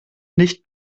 nicht